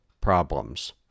problems